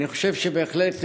אני חושב, בהחלט,